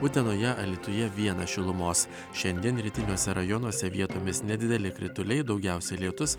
utenoje alytuje vienas šilumos šiandien rytiniuose rajonuose vietomis nedideli krituliai daugiausiai lietus